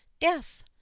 death